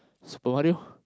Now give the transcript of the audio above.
Super-Mario